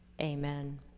Amen